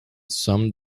some